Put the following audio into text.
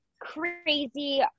crazy